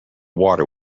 water